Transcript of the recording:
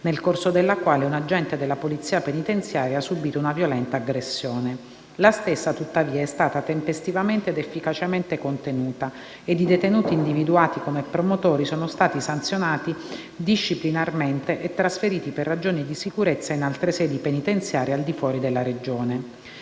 nel corso della quale un agente della polizia penitenziaria ha subito una violenta aggressione. La stessa, tuttavia, è stata tempestivamente ed efficacemente contenuta ed i detenuti individuati come promotori sono stati sanzionati disciplinarmente e trasferiti per ragioni di sicurezza in altre sedi penitenziarie al di fuori della Regione.